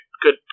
Good